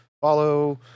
follow